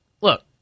look